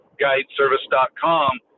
guideservice.com